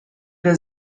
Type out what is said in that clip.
der